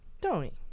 Tony